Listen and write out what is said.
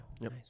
Nice